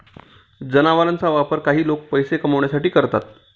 जनावरांचा वापर काही लोक पैसे कमावण्यासाठी करतात